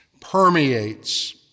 permeates